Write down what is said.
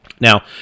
Now